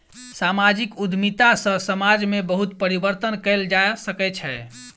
सामाजिक उद्यमिता सॅ समाज में बहुत परिवर्तन कयल जा सकै छै